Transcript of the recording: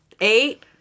eight